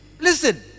Listen